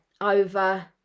over